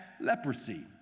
leprosy